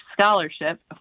scholarship